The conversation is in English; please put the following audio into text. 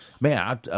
Man